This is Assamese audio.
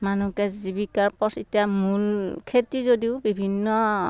মানুহকে জীৱিকাৰ পথ এতিয়া মূল খেতি যদিও বিভিন্ন